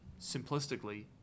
simplistically